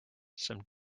some